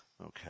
Okay